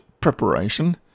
preparation